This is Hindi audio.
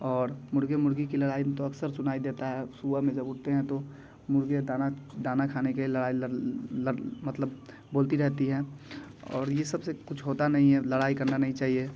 और मुर्ग़े मुर्ग़ी की लड़ाई में तो अक्सर सुनाई देता है सुबह में जब उठते हैं तो मुर्ग़े दाना दाना खाने के लिए लड़ाई लड़ लड़ मतलब बोलती रहती है और यह सब से कुछ होता नहीं है लड़ाई करना नहीं चाहिए